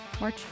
March